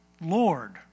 Lord